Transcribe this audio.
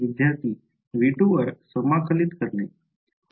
विद्यार्थीः V2 वर समाकलित करणे